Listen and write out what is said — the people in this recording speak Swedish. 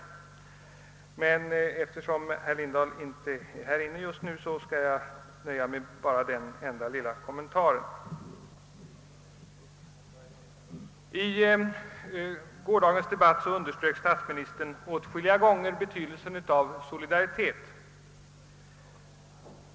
Eftersom herr Lindahl inte är här inne i kammaren just nu skall jag nöja mig med denna enda lilla kommentar. I gårdagens debatt underströk statsministern åtskilliga gånger betydelsen av solidaritet.